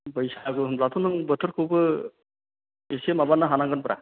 बैसागु होनब्ला नों बोथोरखौबो एसे माबानो हानांगोनब्रा